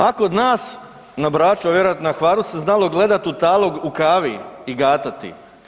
A kod nas na Braču, a vjerojatno i na Hvaru se znalo gledat u talog u kavi i gatati.